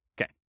Okay